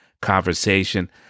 conversation